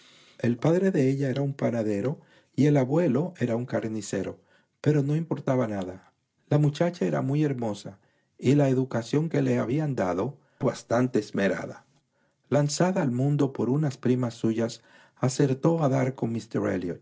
el padre de ella era un panadero y carnicero el abuelo pero no importaba nada la muchacha era muy hermosa y la educación que le habían dado bastante esmerada lanzada al mundo por unas primas suyas acertó a dar con